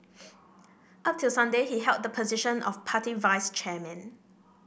up till Sunday he held the position of party vice chairman